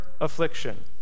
affliction